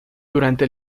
durante